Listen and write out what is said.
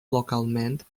localment